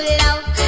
love